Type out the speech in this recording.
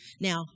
Now